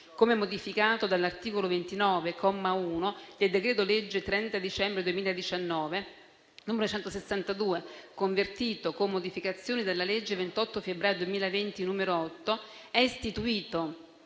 come modificato dall'articolo 29, comma 1, del decreto-legge 30 dicembre 2019, n. 162, convertito, con modificazioni, dalla legge 28 febbraio 2020, n. 8, è istituito,